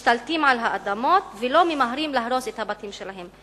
משתלטים על האדמות ולא ממהרים להרוס את הבתים שלהם.